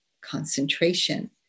concentration